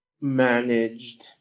managed